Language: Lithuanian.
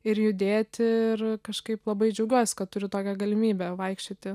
ir judėti ir kažkaip labai džiaugiuosi kad turiu tokią galimybę vaikščioti